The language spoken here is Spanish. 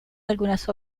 algunas